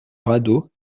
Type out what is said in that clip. radeau